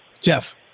Jeff